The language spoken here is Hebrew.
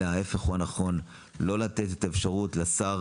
אלא ההפך הוא הנכון לא לתת את האפשרות לשר